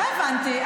לא הבנתי,